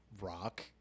rock